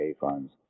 funds